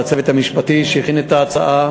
ולצוות המשפטי שהכין את ההצעה.